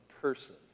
person